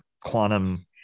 quantum